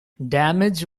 damage